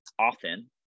often